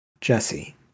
Jesse